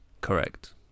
Correct